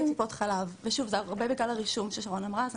ציינתי את טיפות חלב ושוב זה הרבה בגלל הירשום ששרון אמרה.